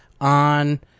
on